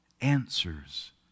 answers